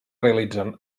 realitzen